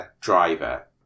driver